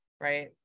right